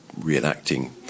reenacting